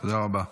תודה רבה.